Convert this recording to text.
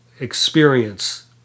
experience